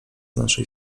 naszej